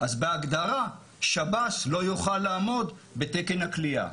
אז בהגדרה שב"ס לא יוכל לעמוד בתקן הכליאה.